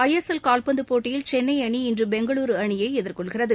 ஐ S L கால்பந்து போட்டியில் சென்னை அணி இன்று பெங்களூரு அணியை எதிர்கொள்கிறது